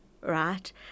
right